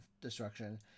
destruction